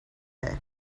day